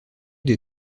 des